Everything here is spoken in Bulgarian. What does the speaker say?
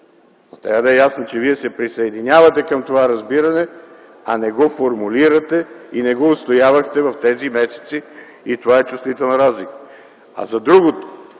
Трябва да е ясно, че вие се присъединявате към това разбиране, а не го формулирате и не го отстоявахте в тези месеци. Това е чувствителна разлика!